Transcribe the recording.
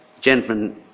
gentlemen